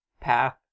path